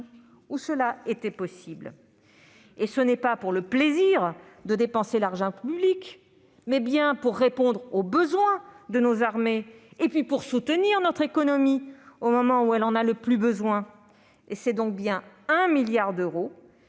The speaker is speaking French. où cela était possible, non pour le plaisir de dépenser l'argent public, mais bien pour répondre aux besoins de nos armées et pour soutenir notre économie au moment où elle en avait le plus besoin, en y injectant 1 milliard d'euros